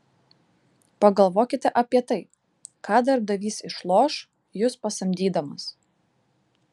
pagalvokite apie tai ką darbdavys išloš jus pasamdydamas